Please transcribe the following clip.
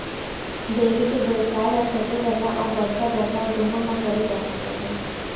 dairy के बेवसाय ह छोटे जघा अउ बड़का जघा दुनों म करे जा सकत हे